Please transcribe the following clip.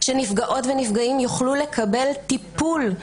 כדי שנפגעות ונפגעים יוכלו לקבל טיפול,